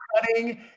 cutting